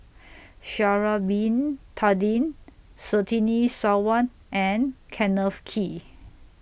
Sha'Ari Bin Tadin Surtini Sarwan and Kenneth Kee